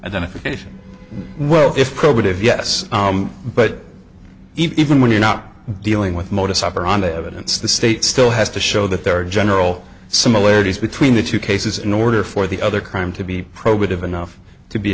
identification well if probative yes but even when you're not dealing with modus operandi evidence the state still has to show that there are general similarities between the two cases in order for the other crime to be probative enough to be